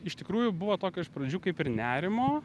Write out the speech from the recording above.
iš tikrųjų buvo tokio iš pradžių kaip ir nerimo